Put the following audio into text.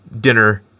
dinner